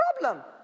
problem